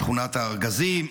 שכונת הארגזים.